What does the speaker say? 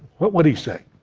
what would he say?